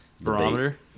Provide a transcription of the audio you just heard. barometer